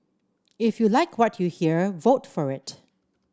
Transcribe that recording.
if you like what you hear vote for it